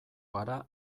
gara